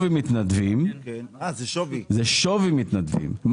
זה שווי מתנדבים.